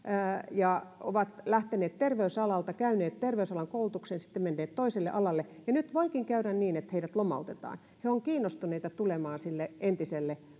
he ovat lähteneet terveysalalta käyneet terveysalan koulutuksen ja kun he sitten ovat menneet toiselle alalle niin nyt voikin käydä niin että heidät lomautetaan ja he ovat kiinnostuneita tulemaan sille entiselle